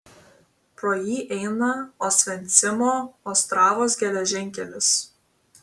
pro jį eina osvencimo ostravos geležinkelis